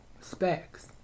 Specs